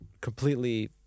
completely